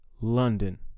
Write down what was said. London